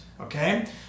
okay